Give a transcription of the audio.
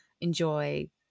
enjoy